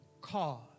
cause